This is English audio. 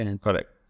correct